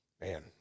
Man